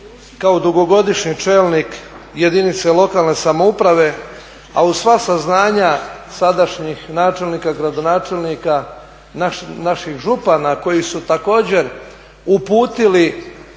kao dugogodišnji čelnik jedinica lokalne samouprave a uz sva saznanja sadašnjih načelnika i gradonačelnika, naših župana koji su također uputili